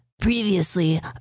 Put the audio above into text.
Previously